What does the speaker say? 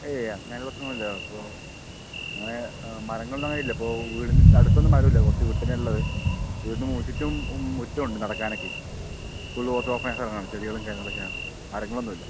ഏയ് അങ്ങനെ പ്രശ്നമൊന്നുമില്ല അപ്പം അങ്ങനെ മരങ്ങളൊന്നുമങ്ങനെ ഇല്ല അപ്പോൾ വീടിൻറെ അടുത്തൊന്നും മരമില്ല കുറച്ചു വിട്ടുതന്നെയാ ഉള്ളത് വീടിനുചുറ്റും മുറ്റമുണ്ട് നടക്കാനൊക്കെയേ ഫുൾ കുറച്ചു ഓപ്പണായ സ്ഥലമാണ് ചെടികളും കാര്യങ്ങളൊക്കെയാണ് മരങ്ങളൊന്നുമില്ല